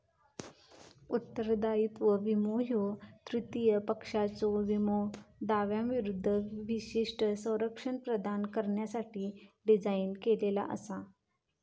उत्तरदायित्व विमो ह्यो तृतीय पक्षाच्यो विमो दाव्यांविरूद्ध विशिष्ट संरक्षण प्रदान करण्यासाठी डिझाइन केलेला असा